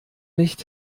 nicht